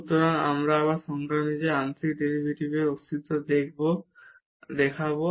সুতরাং এখন আমরা আবার সংজ্ঞা অনুযায়ী আংশিক ডেরিভেটিভের অস্তিত্ব দেখাব